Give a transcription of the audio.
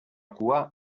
cua